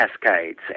cascades